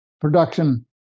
production